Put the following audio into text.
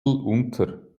unter